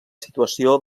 situació